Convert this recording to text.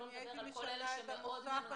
שלא נדבר על כל אלה שמאוד מנותקים.